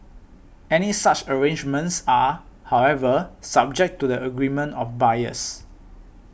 any such arrangements are however subject to the agreement of buyers